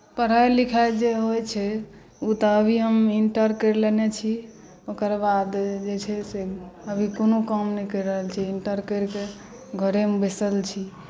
पढ़ाइ लिखाइ जे होइत छै ओ तऽ अभी हम इण्टर करि लेने छी ओकरबाद जे छै से अभी कोनो काम नहि करि रहल छी इण्टर करिके घरेमे बैसल छी